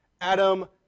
Adam